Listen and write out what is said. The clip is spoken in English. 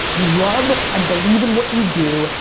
you love and believe in what you do,